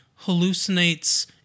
hallucinates